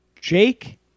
jake